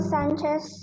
Sanchez